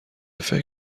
فکر